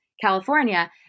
California